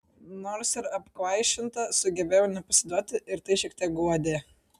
nors ir apkvaišinta sugebėjau nepasiduoti ir tai šiek tiek guodė